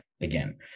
again